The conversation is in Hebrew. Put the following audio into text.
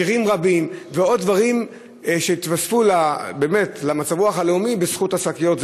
שירים רבים ועוד דברים שהתווספו למצב הרוח הלאומי בזכות השקיות,